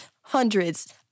hundreds